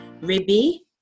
Ribby